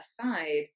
aside